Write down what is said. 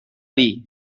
dir